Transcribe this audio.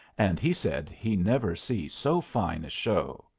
and he said he never see so fine a show.